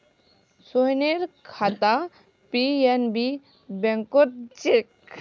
सोहनेर खाता पी.एन.बी बैंकत छेक